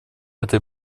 этой